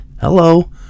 hello